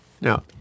Now